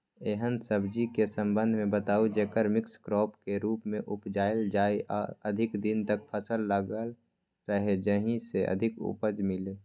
एहन सब्जी के संबंध मे बताऊ जेकरा मिक्स क्रॉप के रूप मे उपजायल जाय आ अधिक दिन तक फसल लागल रहे जाहि स अधिक उपज मिले?